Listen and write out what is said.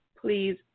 please